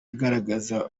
igaragaramo